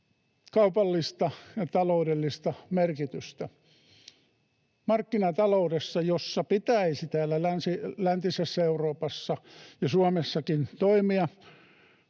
kaupallista ja taloudellista merkitystä. Markkinataloudessa, jossa pitäisi täällä läntisessä Euroopassa ja Suomessakin toimia,